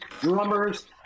drummers